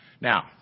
Now